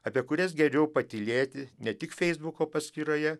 apie kurias geriau patylėti ne tik feisbuko paskyroje